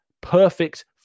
perfect